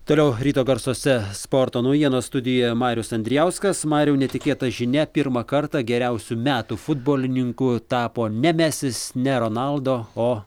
toliau ryto garsuose sporto naujienos studijoje marius andrijauskas mariau netikėta žinia pirmą kartą geriausiu metų futbolininku tapo ne mesis ne ronaldo o